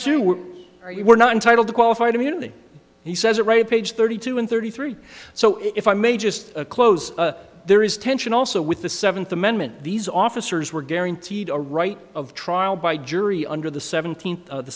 you were not entitled to qualified immunity he says are a page thirty two and thirty three so if i may just close there is tension also with the seventh amendment these officers were guaranteed a right of trial by jury under the seventeenth the